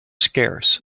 scarce